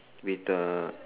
with a